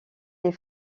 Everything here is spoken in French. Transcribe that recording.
les